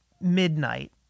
midnight